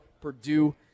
Purdue